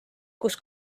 kus